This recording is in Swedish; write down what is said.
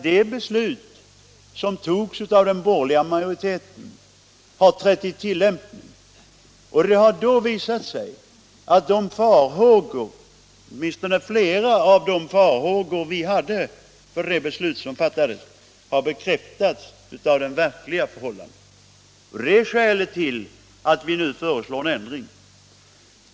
Det beslut som togs av den borgerliga majoriteten har nämligen trätt i tillämpning, och det har då visat sig att flera av de farhågor vi hade för det beslut som fattades har bekräftats av de verkliga förhållandena. Det är skälet till att vi nu föreslår en ändring.